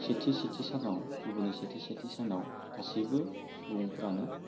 सेथि सेथि सनाव फोर्बोनि सेथि सेथि सानाव गासैबो सुबुंफ्रानो